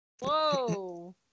Whoa